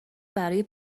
برای